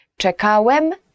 Czekałem